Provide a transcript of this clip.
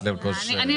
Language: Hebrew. גפני,